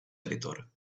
editor